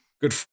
Good